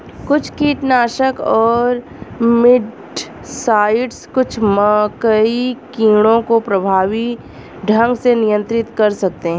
कुछ कीटनाशक और मिटसाइड्स कुछ मकई कीटों को प्रभावी ढंग से नियंत्रित कर सकते हैं